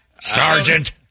Sergeant